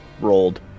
rolled